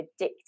addictive